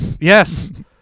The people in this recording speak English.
Yes